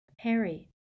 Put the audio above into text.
Harry